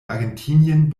argentinien